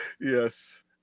yes